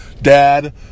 dad